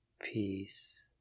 peace